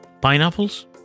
Pineapples